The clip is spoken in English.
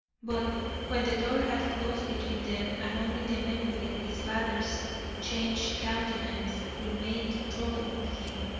but when the door had closed between them and only the memory of his father's changed countenance remained to trouble him,